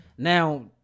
Now